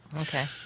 Okay